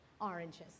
oranges